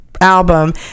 album